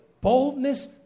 boldness